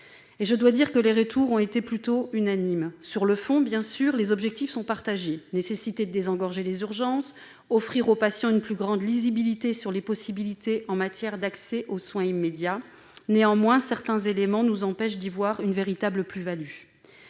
Je dois dire que les retours ont été plutôt unanimes. Sur le fond, les objectifs sont partagés : désengorger les urgences et offrir aux patients une plus grande lisibilité sur les possibilités d'accès à des soins immédiats. Néanmoins, certains éléments nous empêchent d'y voir une véritable plus-value.